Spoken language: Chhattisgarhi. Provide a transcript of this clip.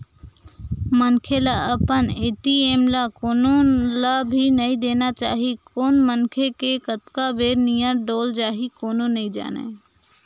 मनखे ल अपन ए.टी.एम ल कोनो ल भी नइ देना चाही कोन मनखे के कतका बेर नियत डोल जाही कोनो नइ जानय